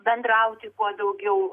bendrauti kuo daugiau